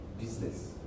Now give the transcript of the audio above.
business